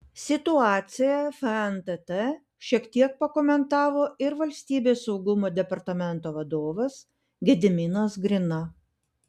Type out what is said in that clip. situaciją fntt šiek tiek pakomentavo ir valstybės saugumo departamento vadovas gediminas grina